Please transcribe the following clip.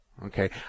Okay